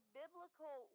biblical